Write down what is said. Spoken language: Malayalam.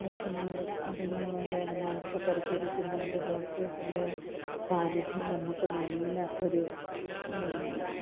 ആവശ്യങ്ങൾ അതുങ്ങളെ വേണ്ടുന്ന കണക്ക് പരിചരിക്കുന്നുണ്ട് ഡോക്റ്റേഴ്സിൻ്റെ സാന്നിധ്യം നമുക്ക് നല്ല ഒരു